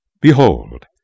Behold